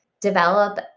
develop